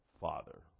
father